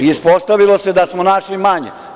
Ispostavilo se da smo našli manje.